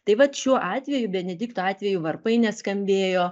tai vat šiuo atveju benedikto atveju varpai neskambėjo